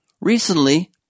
recently